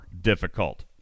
difficult